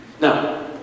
No